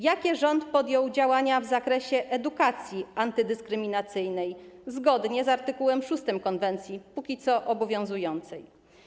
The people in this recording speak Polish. Jakie rząd podjął działania w zakresie edukacji antydyskryminacyjnej, zgodnie z art. 6 konwencji jak dotąd obowiązującej?